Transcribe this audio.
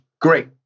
great